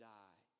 die